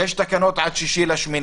יש תקנות עד ה-6 לאוגוסט.